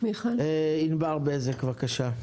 ענבר בזק, בבקשה.